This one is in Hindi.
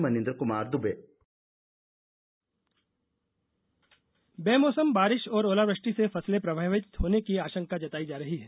मौसम बेमौसम बारिश और ओलावृष्टि से फसलें प्रभावित होने की आशंका जताई जा रही है